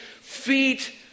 feet